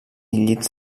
llits